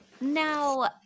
Now